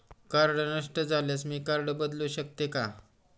Card नष्ट झाल्यास मी कार्ड बदलू शकते का?